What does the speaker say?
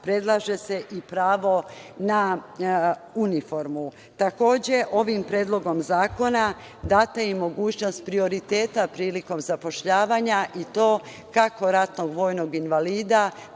predlaže se i pravo na uniformu. Takođe, ovim Predlogom zakona data je i mogućnost prioriteta prilikom zapošljavanja, i to kako ratnog vojnog invalida,